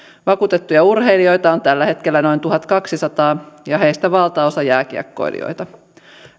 vakuutettuja urheilijoita on tällä hetkellä noin tuhatkaksisataa ja heistä valtaosa jääkiekkoilijoita